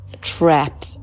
trap